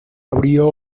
abrió